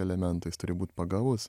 elementais turi būt pagavus